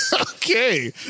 Okay